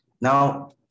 Now